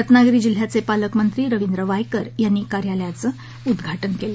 रत्नागिरी जिल्ह्याचे पालकमंत्री रवींद्र वायकर यांनी कार्यालयाचं उद्घाटन केलं